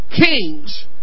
kings